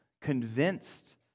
convinced